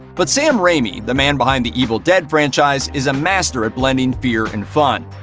but sam raimi, the man behind the evil dead franchise, is a master at blending fear and fun.